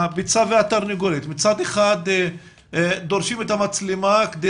הביצה והתרנגולת מצד אחד דורשים את המצלמה כדי